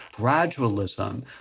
gradualism